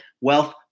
wealth